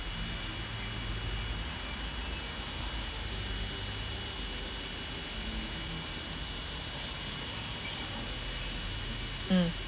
mm